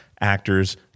actors